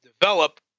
develop